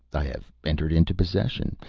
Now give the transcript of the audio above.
i have entered into possession,